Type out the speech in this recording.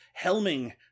helming